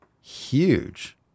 huge